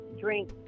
drink